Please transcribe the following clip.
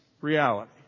reality